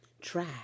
try